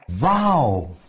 Wow